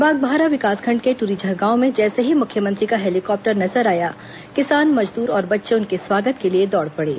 बागबाहरा विकासखंड के टुरीझर गांव में जैसे ही मुख्यमंत्री का हेलीकाप्टर नजर आया किसान मजदूर और बच्चे उनके स्वागत के लिए दौड़ पड़े